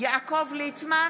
יעקב ליצמן,